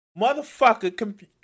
motherfucker